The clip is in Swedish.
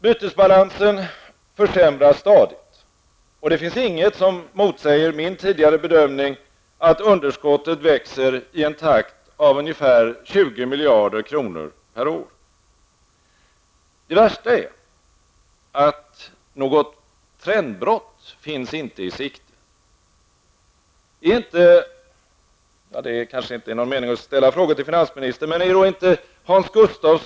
Bytesbalansen försämras stadigt, och det finns inget som motsäger min tidigare bedömning att underskottet växer i en takt av ungefär 20 miljarder kronor per år. Det värsta är att något trendbrott inte är i sikte. Det kanske inte är någon mening med att ställa en fråga till finansministern, eftersom han inte är här, men jag kan i stället vända mig till Hans Gustafsson.